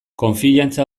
konfiantza